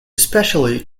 especially